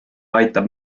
aitab